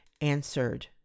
answered